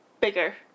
Bigger